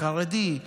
חרדים,